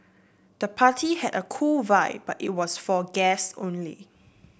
the party had a cool vibe but it was for guest only